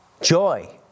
joy